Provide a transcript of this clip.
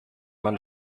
man